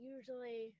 Usually